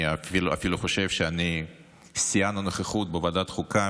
אני אפילו חושב שאני שיאן הנוכחות בוועדת החוקה